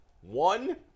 One